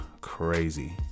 crazy